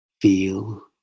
feel